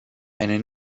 eine